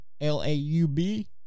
L-A-U-B